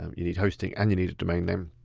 um you need hosting and you need a domain name.